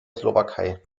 slowakei